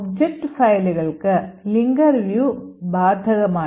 object ഫയലുകൾക്ക് linker view ബാധകമാണ്